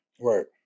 Right